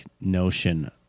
notion